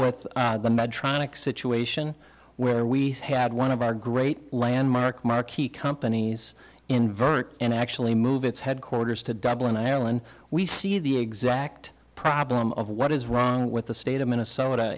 medtronic situation where we had one of our great landmark marquee companies invert and actually move its headquarters to dublin ireland we see the exact problem of what is wrong with the state of minnesota